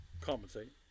Compensate